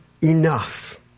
enough